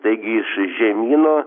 taigi iš žemyno